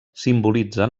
simbolitzen